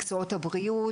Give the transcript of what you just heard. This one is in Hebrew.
מקצועות הבריאות,